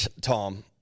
Tom